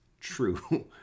true